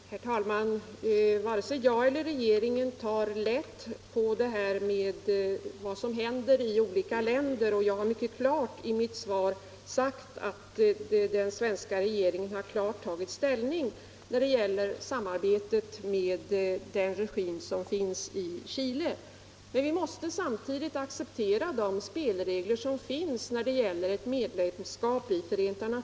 Om principerna för Herr talman! Varken jag eller regeringen tar lätt på vad som händer = spridning av i olika länder. Jag har i mitt svar sagt att den svenska regeringen klart — utskrifter av tagit ställning mot samarbete med regimen i Chile. Men vi måste sam = statsråds offentliga tidigt acceptera de spelregler som gäller för ett medlemskap i FN.